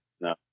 No